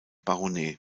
baronet